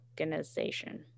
Organization